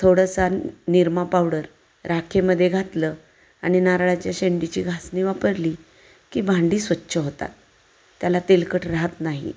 थोडंसा निरमा पावडर राखेमध्ये घातलं आणि नारळाच्या शेंडीची घासणी वापरली की भांडी स्वच्छ होतात त्याला तेलकट राहत नाही